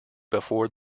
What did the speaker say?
before